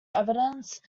evidence